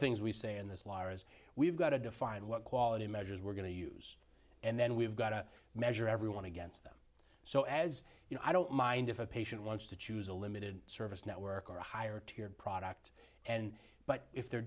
things we say in this law is we've got to define what quality measures we're going to use and then we've got to measure everyone against them so as you know i don't mind if a patient wants to choose a limited service network or a higher tier product and but if they're